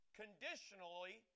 conditionally